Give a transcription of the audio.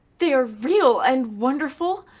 they are real and wonderful,